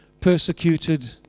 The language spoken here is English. persecuted